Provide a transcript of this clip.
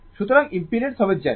সুতরাং ইম্পিডেন্স হবে Z